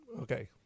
Okay